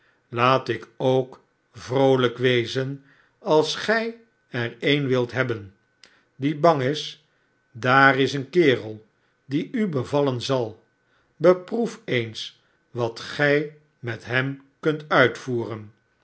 laat ik ook vroolijk wezen als gij er een wilt hebben die bang is daar is een kerel die u bevallen zal beproef eens wat gij met hem kunt uitvoeren